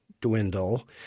dwindle